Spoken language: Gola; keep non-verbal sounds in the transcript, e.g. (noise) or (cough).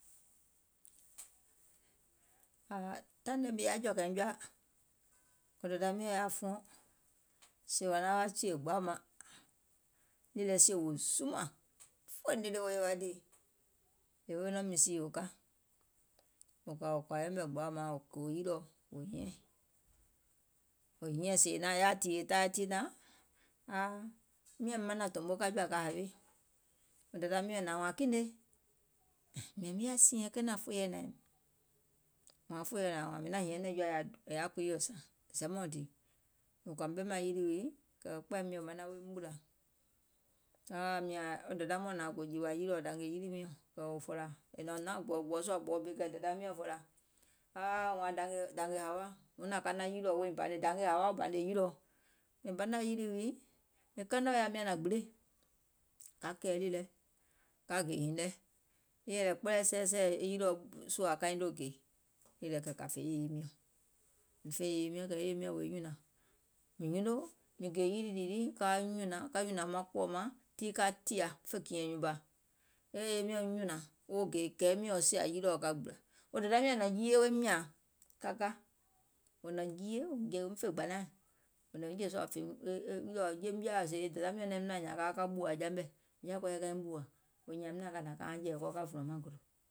Taìŋ nɛ mìŋ yaȧ jɔ̀ȧkȧìŋ jɔa, wo dèda miɔ̀ŋ yaȧ fuɔŋ, sèè wò naŋ wa fìyè gbaù maŋ, nìì lɛ sie wò zumȧŋ, fòì nìlì wò yèwà dìì, wò yewe nɔŋ mìsiìi wo ka, wò kɔ̀ȧ yɛmɛ̀ gbaù maŋ wò gòo yilìɔ wo hiȧŋ, wò hiȧŋ sèè è yaȧ tìyèe taai tiinȧŋ, miȧŋ manȧŋ tòmo ka jɔ̀ȧ ka hawe, mìȧŋ mìŋ yaȧ siinyɛŋ fòìyɛ̀ɛ naim kùwò, wààŋ fòyɛ̀ɛ yȧùm mìŋ naŋ hìɛ̀ŋ nɛ̀ŋjɔa è yaȧ kuii yò zɛmɛɛɔ̀ŋ dìì, mìŋ kɔ̀ȧ mìŋ ɓemȧŋ yilì wii kɛ̀ wo kpȧi miɔ̀ŋ manaŋ woim ɓùlȧ, dawȧ mìȧŋ wo dȧda mɔɔ̀ŋ nȧŋ gò jìwȧ yilì wii dȧngè yilì miɔ̀ŋ, kɛ̀ wò fòlȧ, è nɔ̀ŋ naȧŋ gbɔ̀ɔ̀gbɔɔ sùȧ gbɔ̀ɔ bi kɛ̀ dèda miɔ̀ŋ fòlȧ, aa wȧȧŋ dȧngè hȧwa huŋ nȧŋ kanaŋ yilìɔ woiŋ banè wȧȧŋ dangè hȧwa wo banè yilìɔ, mìŋ banȧŋ yilì wii, e kanɛɛ̀ yaȧa miȧŋ nȧŋ gbìlèiŋ, ka kɛ̀ɛ̀ ɗì lɛ, ka gè hììŋ nɛ, e yèlɛ kplɛɛ sɛɛsɛ̀ɛ̀ yilìɔ sùȧ kaiŋ noo gè, kɛ̀ kȧ fè yèye miɔ̀ŋ, mìŋ fè yèye miɔ̀ŋ kɛ̀ yèye miɔ̀ŋ wòiŋ nyùnȧŋ, mìŋ nyuno, mìŋ gè yilì ɗì lii ka nyùnȧŋ maŋ kpɔ̀ɔ̀ maŋ tii ka tìȧ tii fè kìɛ̀ŋ nyùùŋ bȧ, wo yèye miɔ̀ŋ nyùnȧŋ woo gè gɛ̀i miɔ̀ŋ woo sìȧ yilì ka gbìlȧ, wo dèda miɔ̀ŋ nɔ̀ŋ jiiyè woim nyȧȧŋ ka ka, wò nɔ̀ŋ jiiye wò jè woim fè gbȧnaȧŋ, (unintelligible)